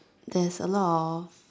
there's a lot of